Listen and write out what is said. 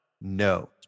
No